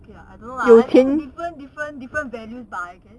okay lah I don't know lah I mean different different different values bah I think